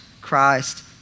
Christ